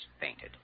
fainted